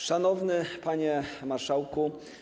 Szanowny Panie Marszałku!